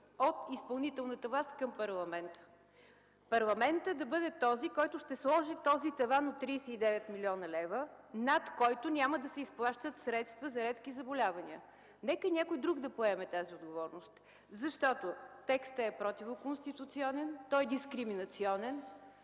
от изпълнителната власт към парламента. Парламентът да бъде този, който ще сложи таван от 39 млн. лв., над който няма да се изплащат средства за редки заболявания. Нека някой друг да поеме тази отговорност, защото текстът е противоконституционен, той е дискриминационен.